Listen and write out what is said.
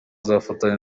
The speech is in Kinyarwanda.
azafatanya